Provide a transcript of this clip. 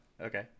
Okay